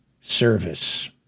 service